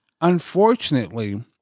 Unfortunately